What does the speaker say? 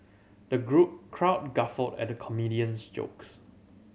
the crowd guffawed at the comedian's jokes